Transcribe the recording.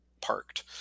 parked